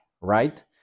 right